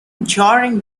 during